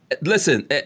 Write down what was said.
Listen